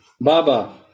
Baba